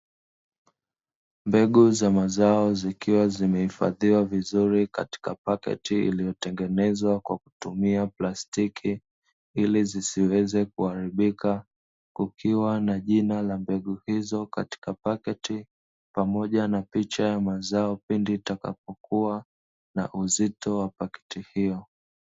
Mbegu za mazao zikiwa zimehifadhiwa vizuri katika paketi iliyo tengenezwa kwa kutumia plastiki ili zisiweze kuharibika, kukiwa na jina la mbegu hizo katika paketi pamoja na picha ya mazao pindi itakapo kua na uzito wa paketi hiyo.